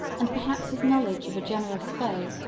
and perhaps his knowledge of a generous foe,